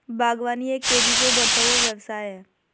बागवानी एक तेज़ी से उभरता हुआ व्यवसाय है